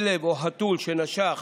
כלב או חתול שנשך